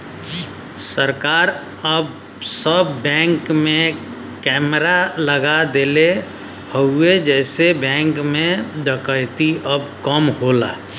सरकार अब सब बैंक में कैमरा लगा देले हउवे जेसे बैंक में डकैती अब कम होला